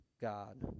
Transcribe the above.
God